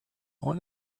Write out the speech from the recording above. want